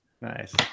Nice